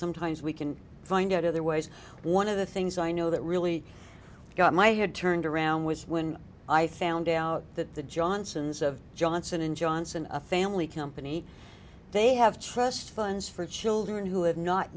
sometimes we can find out other ways one of the things i know that really got my head turned around was when i found out that the johnsons of johnson and johnson a family company they have trust fun's for children who have not